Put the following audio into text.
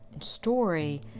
story